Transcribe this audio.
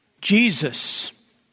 jesus